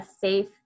safe